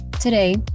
Today